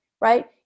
right